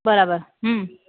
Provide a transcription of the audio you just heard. બરાબર હમમ